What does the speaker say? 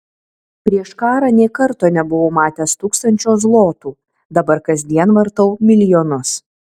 prieš karą nė karto nebuvau matęs tūkstančio zlotų dabar kasdien vartau milijonus